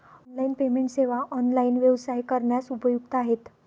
online payment सेवा online व्यवसाय करण्यास उपयुक्त आहेत